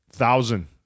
thousand